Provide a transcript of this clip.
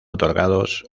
otorgados